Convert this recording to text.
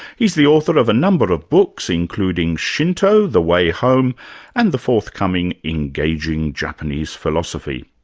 he's the author of a number of books including shinto the way home and the forthcoming engaging japanese philosophy.